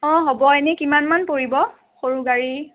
অ' হ'ব এনে কিমানমান পৰিব সৰু গাড়ী